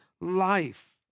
life